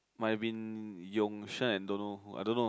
might have been Yong-Sheng and don't know I don't know